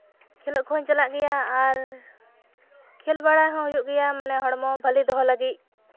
ᱠᱷᱮᱞᱚᱜ ᱠᱚᱦᱚᱸᱧ ᱪᱟᱞᱟᱜ ᱜᱮᱭᱟ ᱟᱨ ᱠᱷᱮᱞ ᱵᱟᱲᱟ ᱦᱚᱸ ᱦᱩᱭᱩᱜ ᱜᱮᱭᱟ ᱢᱟᱱᱮ ᱦᱚᱲᱢᱚ ᱵᱷᱟᱹᱞᱤ ᱫᱚᱦᱚ ᱞᱟᱹᱜᱤᱫ